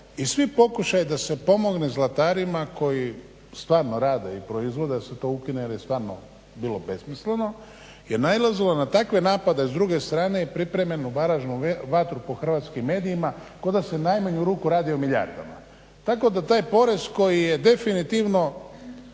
i svi pokušaji da se pomogne zlatarima koji stvarno rade i proizvode da se to ukine, jer je stvarno bilo besmisleno, je nailazilo na takve napade s druge strane i pripremljenu …/Ne razumije se./… vatru po hrvatskim medijima kao da se u najmanju ruku radi o milijardama, tako da taj porez koji je definitivno